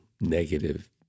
negative